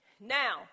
Now